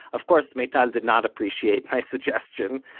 of course meital did not appreciate my suggestion,